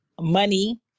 money